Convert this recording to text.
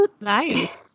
Nice